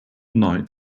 night